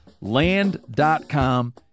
Land.com